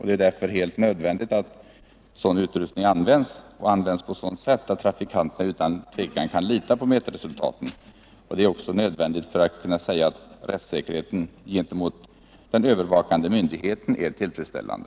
Det är därför helt nödvändigt att kontrollutrustning används — och på ett sådant sätt att trafikanterna utan tvivel kan lita på mätresultaten. Detta är också väsentligt för att man skall kunna säga att rättssäkerheten gentemot den övervakande myndigheten är tillfredsställande.